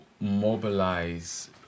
mobilize